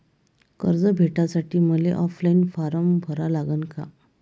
कर्ज भेटासाठी मले ऑफलाईन फारम भरा लागन का?